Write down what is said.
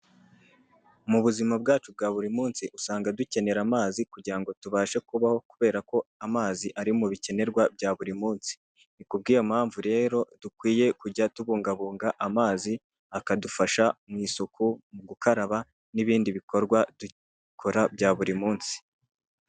Mu buzima bwacu bwa buri munsi, usanga dukenera amazi kugira ngo tubashe kubaho, kubera ko amazi ari mu bikenerwa bya buri munsi, ni kubwiyo mpamvu rero dukwiye kujya tubungabunga amazi, akadufasha mu isuku, mu gukaraba, n'ibindi bikorwa dukora bya buri munsi.